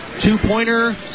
two-pointer